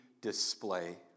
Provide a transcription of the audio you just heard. display